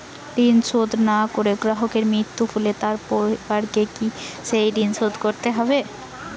ঋণ শোধ না করে গ্রাহকের মৃত্যু হলে তার পরিবারকে সেই ঋণ শোধ করতে হবে?